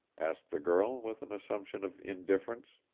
asked the girl, with an assumption of indifference.